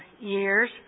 years